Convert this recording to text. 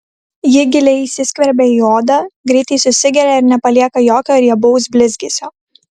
ji giliai įsiskverbia į odą greitai susigeria ir nepalieka jokio riebaus blizgesio